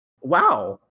Wow